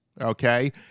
okay